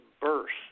Burst